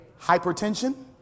hypertension